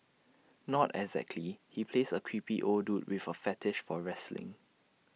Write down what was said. not exactly he plays A creepy old dude with A fetish for wrestling